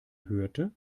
hörte